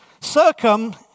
Circum